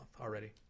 already